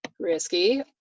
Risky